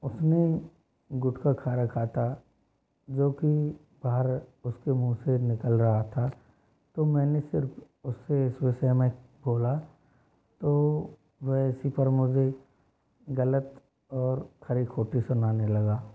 उसने गुटखा खा रखा था जो कि बाहर उसके मुँह से निकल रहा था तो मैंने सिर्फ उससे इस विषय में बोला तो वह इसी पर मुझे गलत और खरी खोटी सुनाने लगा